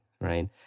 right